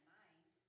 mind